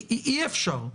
אי אפשר.